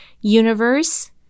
Universe